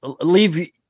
leave